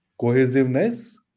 cohesiveness